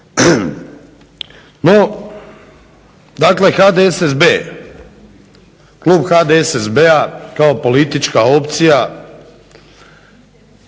HDSSB, klub HDSSB-a kao politička opcija,